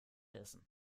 essen